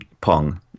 Pong